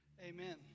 amen